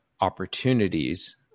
opportunities